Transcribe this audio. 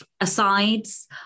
asides